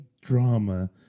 drama